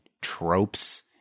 tropes